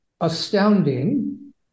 Astounding